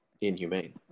inhumane